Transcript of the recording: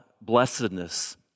blessedness